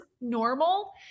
normal